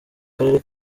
karere